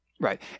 right